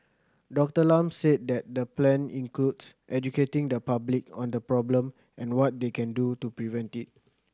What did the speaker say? Doctor Lam said that the plan includes educating the public on the problem and what they can do to prevent it